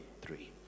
Three